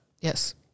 Yes